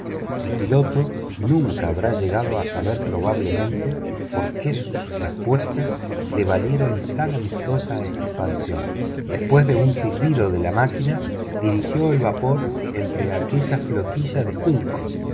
el piloto nunca habrá llegado a saber probablemente por qué sus respuestas le valieron tan amistosa expansión después de un silbido de la máquina dirigió el vapor entre aquella flotilla de juncos